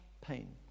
pain